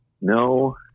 no